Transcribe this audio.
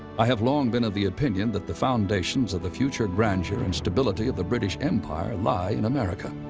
i have long been of the opinion that the foundations of the future grandeur and stability of the british empire lie in america.